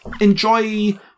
enjoy